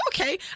okay